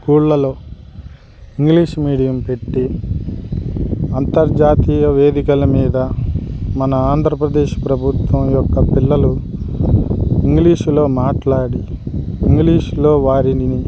స్కూళ్ళలో English medium పెట్టి అంతర్జాతీయ వేదికల మీద మన ఆంధ్రప్రదేశ్ ప్రభుత్వం యొక్క పిల్లలు ఇంగ్లీషులో మాట్లాడి ఇంగ్లీష్లో వారిని